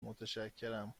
متشکرم